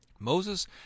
Moses